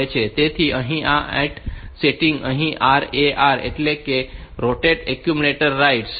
તેથી અહીં આ 8 સેટિંગ અહીં RAR એટલે કે રોટેટ એક્યુમ્યુલેટર રાઈટ છે